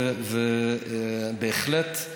אדוני השר, ובהחלט,